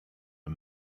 and